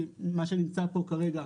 כי מה שנמצא פה כרגע,